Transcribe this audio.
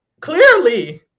Clearly